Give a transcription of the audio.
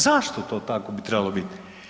Zašto to tako bi trebalo biti?